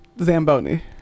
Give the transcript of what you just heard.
Zamboni